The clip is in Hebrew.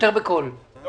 מעבר לתקנה התקציבית שבסיפור